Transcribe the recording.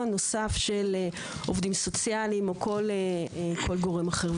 נוסף של עובדים סוציאליים או כל גורם אחר.